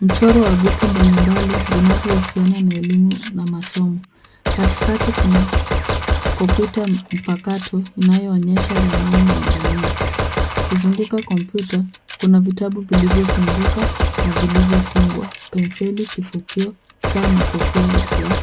Mchoro wa vitu mbali mbali vinavyo husiana na elimu na masomo. Katikati kuna kompyuta mpakato inayoonyesha ramani ya dunia. Kuzunguka kompyuta, kuna vitabu vilivyo funguka na vilivyo fungwa , penseli, kivutio, saa na kofia ya